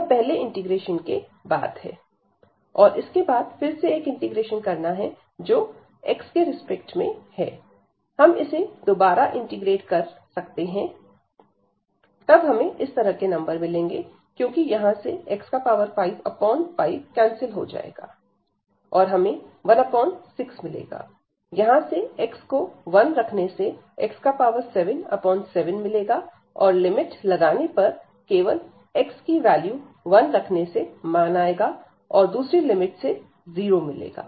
यह पहले इंटीग्रेशन के बाद है और इसके बाद फिर से एक और इंटीग्रेशन करना है जोकि x के रिस्पेक्ट में हैं हम इसे दोबारा इंटीग्रेट कर सकते हैं तब हमें इस तरह के नंबर मिलेंगे क्योंकि यहां से x55 कैंसिल हो जाएगा और हमें 16 मिलेगा यहां से x को 1 रखने से x77 मिलेगा और लिमिट लगाने पर केवल x की वैल्यू 1 रखने से मान आएगा और दूसरी लिमिट से 0 मिलेगा